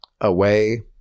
Away